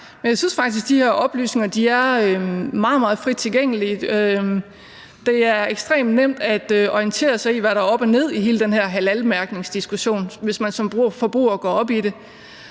jeg synes faktisk, at de her oplysninger er meget, meget frit tilgængelige. Det er ekstremt nemt at orientere sig i, hvad der er op og ned i hele den her halalmærkningsdiskussion, hvis man som forbruger går op i det.